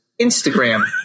Instagram